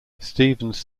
stephens